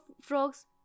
frogs